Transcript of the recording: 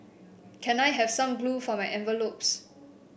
can I have some glue for my envelopes